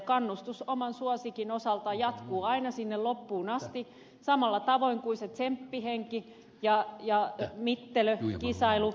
kannustus oman suosikin osalta jatkuu aina sinne loppuun asti samalla tavoin kuin se tsemppihenki ja mittelö kisailu